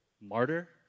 martyr